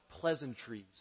pleasantries